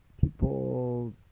people